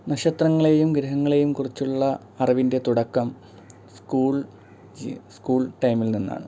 നക്ഷത്രങ്ങളെയും ഗ്രഹങ്ങളെയും കുറിച്ചുള്ള അറിവിൻ്റെ തുടക്കം സ്കൂൾ സ്കൂൾ ടൈമിൽ നിന്നാണ്